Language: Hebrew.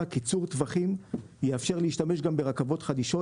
וקיצור טווחים; הוא יאפשר גם להשתמש ברכבות חדישות